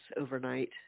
overnight